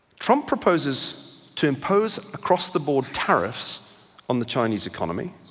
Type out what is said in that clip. trump proposes to impose across the board tariffs on the chinese economy,